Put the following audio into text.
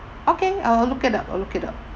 okay I'll look it up I'll look it up